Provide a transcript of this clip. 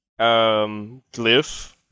glyph